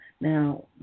Now